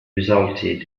resulted